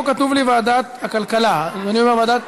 פה כתוב לי ועדת הכלכלה, אדוני אומר ועדת,